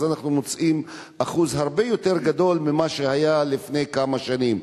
אנחנו מוצאים אחוז הרבה יותר גדול ממה שהיה לפני כמה שנים.